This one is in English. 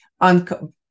on